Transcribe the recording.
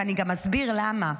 ואני גם אסביר למה.